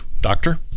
doctor